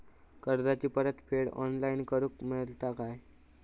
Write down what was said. कर्जाची परत फेड ऑनलाइन करूक मेलता काय?